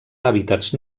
hàbitats